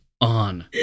on